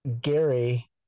Gary